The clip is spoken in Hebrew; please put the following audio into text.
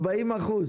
40%?